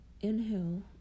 inhale